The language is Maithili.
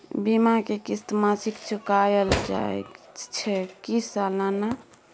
बीमा के किस्त मासिक चुकायल जाए छै की सालाना?